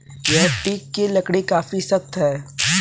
यह टीक की लकड़ी काफी सख्त है